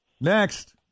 Next